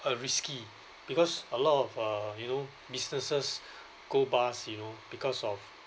uh risky because a lot of uh you know businesses go bust you know because of